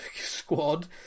squad